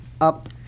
up